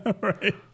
Right